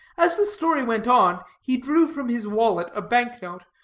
as the story went on, he drew from his wallet a bank note,